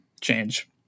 change